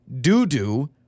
doo-doo